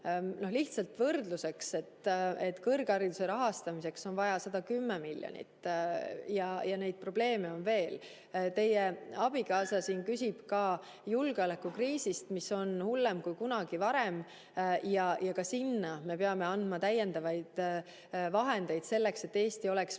Lihtsalt võrdluseks: kõrghariduse rahastamiseks on vaja 110 miljonit, ja probleeme on veel. Teie abikaasa küsis ka julgeolekukriisi kohta. See kriis on hullem kui kunagi varem ja ka sinna me peame andma täiendavaid vahendeid selleks, et Eesti oleks piisavalt